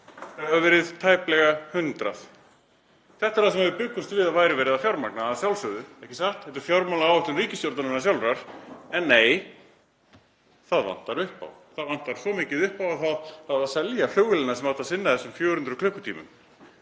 Það hefur verið tæplega 100 klukkustundir. Þetta er það sem við bjuggumst við að verið væri að fjármagna, að sjálfsögðu. Ekki satt? Þetta er fjármálaáætlun ríkisstjórnarinnar sjálfrar. En nei, það vantar upp á, það vantar svo mikið upp á að það á að selja flugvélina sem átti að sinna þessum 400 klukkutímum.